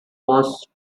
was